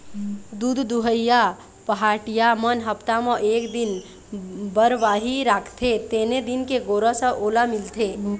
दूद दुहइया पहाटिया मन हप्ता म एक दिन बरवाही राखते तेने दिन के गोरस ह ओला मिलथे